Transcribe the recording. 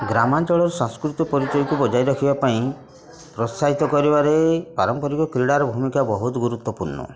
ଗ୍ରାମାଞ୍ଚଳର ସାଂସ୍କୃତିକ ପରିଚୟକୁ ବଜାୟ ରଖିବା ପାଇଁ ପ୍ରୋତ୍ସାହିତ କରିବାରେ ପାରମ୍ପାରିକ କ୍ରୀଡ଼ାର ଭୂମିକା ବହୁତ ଗୁରୁତ୍ୱପୂର୍ଣ୍ଣ